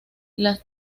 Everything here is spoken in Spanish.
las